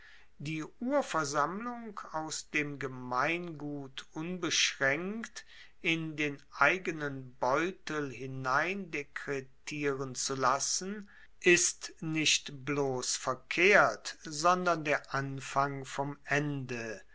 die urversammlung aus dem gemeingut unbeschraenkt in den eigenen beutel hineindekretieren zu lassen ist reicht bloss verkehrt sondern der anfang vom ende